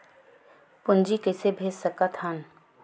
पूंजी कइसे भेज सकत हन?